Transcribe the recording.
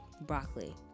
broccoli